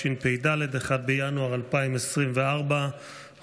התשפ"ד / 1 ו-3 בינואר 2024 / 12 חוברת י"ב ישיבה קל"ב